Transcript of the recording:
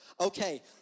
Okay